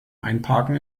einparken